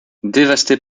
dévasté